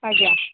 ଆଜ୍ଞା